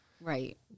right